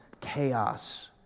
chaos